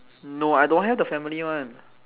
no I don't have the family one